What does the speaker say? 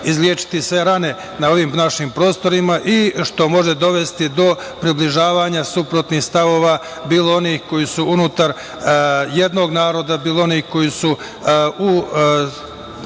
izlečiti sve strane na ovim našim prostorima i što može dovesti do približavanja suprotnih stavova, bilo onih koji su unutar jednog naroda, bilo onih koji su na